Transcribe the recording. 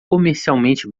comercialmente